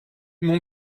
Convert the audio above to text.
mon